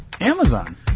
Amazon